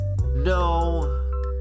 No